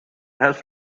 has